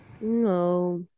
No